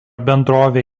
bendrovė